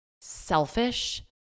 selfish